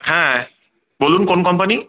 হ্যাঁ বলুন কোন কোম্পানি